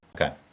Okay